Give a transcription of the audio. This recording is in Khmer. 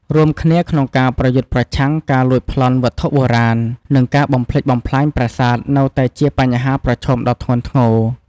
រួមគ្នាក្នងការប្រយុទ្ធប្រឆាំងការលួចប្លន់វត្ថុបុរាណ និងការបំផ្លិចបំផ្លាញប្រាសាទនៅតែជាបញ្ហាប្រឈមដ៏ធ្ងន់ធ្ងរ។